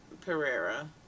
Pereira